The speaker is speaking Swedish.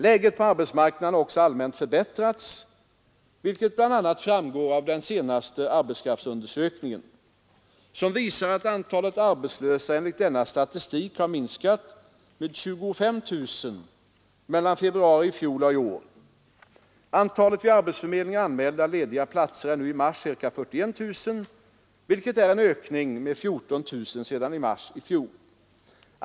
Läget på arbetsmarknaden har också allmänt förbättrats, vilket bl.a. framgår av den senaste arbetskraftsundersökningen, som visar att antalet arbetslösa enligt denna statistik har minskat med 25 000 mellan februari i fjol och februari i år. Antalet vid arbetsförmedlingarna anmälda lediga platser är nu i mars ca 41 000, vilket är en ökning med 14 000 sedan i mars i fjol.